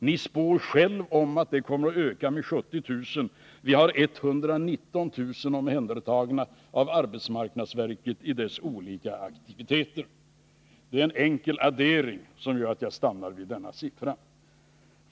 Ni spår själva att den siffran kommer att öka med 70 000. Därutöver har vi 119 000 människor omhändertagna av arbetsmarknadsverket i dess olika aktiviteter. Det är alltså en enkel addering som gör att jag stannar vid en arbetslöshetssiffra på över 280 000.